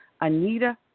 Anita